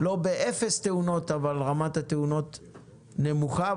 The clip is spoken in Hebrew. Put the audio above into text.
לא באפס תאונות, אבל רמת התאונות נמוכה.